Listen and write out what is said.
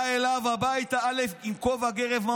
בא אליו הביתה עם כובע גרב.